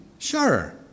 Sure